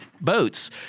boats